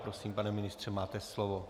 Prosím, pane ministře, máte slovo.